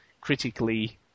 critically